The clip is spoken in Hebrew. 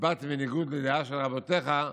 הצבעתי בניגוד לדעה של רבותיך,